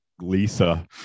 Lisa